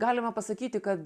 galima pasakyti kad